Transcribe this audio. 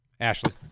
Ashley